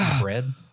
bread